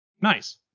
Nice